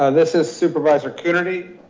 ah this is supervisor coonerty.